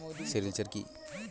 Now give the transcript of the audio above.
Sericulture কি?